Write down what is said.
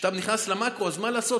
כשאתה נכנס למקרו, מה לעשות?